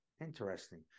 Interesting